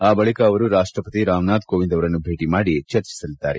ಆ ಬಳಿಕ ಅವರು ರಾಷ್ಮಪತಿ ರಾಮನಾಥ್ ಕೋವಿಂದ್ ಅವರನ್ನು ಭೇಟಿ ಮಾದಿ ಚರ್ಚಿಸಲಿದ್ದಾರೆ